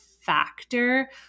factor